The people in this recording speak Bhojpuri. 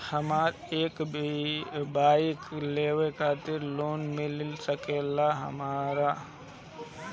हमरा एक बाइक लेवे के बा लोन मिल सकेला हमरा?